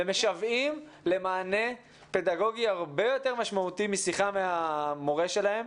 ומשוועים למענה פדגוגי הרבה יותר משמעותי משיחה מהמורה שלהם.